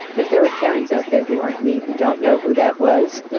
if there are karens out there who aren't me who don't know who that was,